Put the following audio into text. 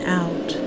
out